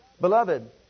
Beloved